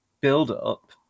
build-up